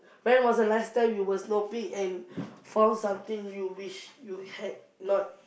when was the last time you were snooping and found something you wish you had not